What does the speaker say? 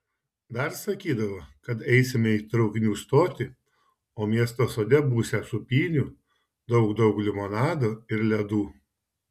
dar sakydavo kad eisime į traukinių stotį o miesto sode būsią sūpynių daug daug limonado ir ledų